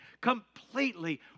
completely